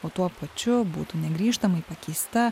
o tuo pačiu būtų negrįžtamai pakeista